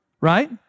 right